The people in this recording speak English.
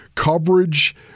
Coverage